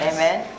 Amen